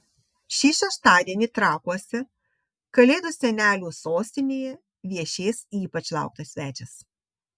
šį šeštadienį trakuose kalėdų senelių sostinėje viešės ypač lauktas svečias